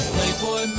Playboy